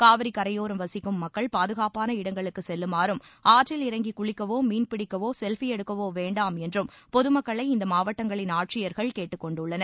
காவிரி கரையோரம் வசிக்கும் மக்கள் பாதுகாப்பாள இடங்களுக்கு செல்லுமாறும் ஆற்றில் இறங்கி குளிக்கவோ மீன் பிடிக்கவோ செல்பி எடுக்கவோ வேண்டாம் என்று டொதுமக்களை இந்த மாவட்டங்களின் ஆட்சியர்கள் கேட்டுக்கொண்டுள்ளனர்